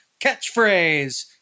catchphrase